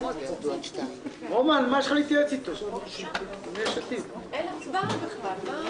(הישיבה נפסקה בשעה 10:26 ונתחדשה בשעה 10:31.) חברי הכנסת,